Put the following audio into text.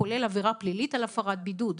כולל עבירה פלילית על הפרת בידוד,